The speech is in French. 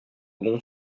bon